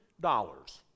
dollars